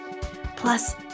Plus